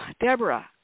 Deborah